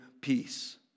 peace